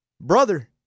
brother